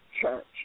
Church